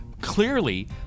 clearly